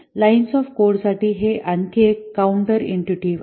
lines of कोडसाठी हे आणखी एक काउंटर इंटुटीव्ह आहे